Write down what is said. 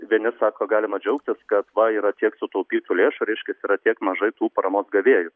vieni sako galima džiaugtis kad va yra tiek sutaupytų lėšų reiškias yra tiek mažai tų paramos gavėjų